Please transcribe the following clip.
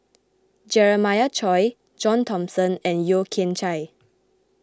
Jeremiah Choy John Thomson and Yeo Kian Chai